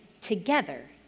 together